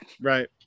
Right